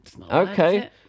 Okay